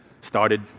started